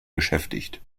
beschäftigt